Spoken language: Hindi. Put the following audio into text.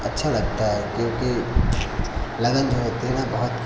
अच्छा लगता है क्योंकि लगन जो होती है न बहुत